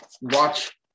watch